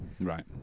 Right